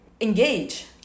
Engage